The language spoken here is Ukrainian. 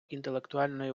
інтелектуальної